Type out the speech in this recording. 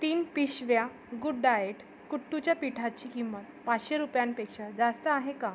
तीन पिशव्या good diet कुट्टूच्या पीठाची किंमत पाचशे रुपयांपेक्षा जास्त आहे का